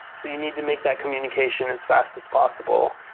so you need to make that communication as fast as possible.